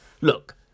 Look